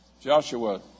Joshua